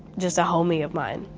just a homie of mine.